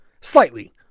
Slightly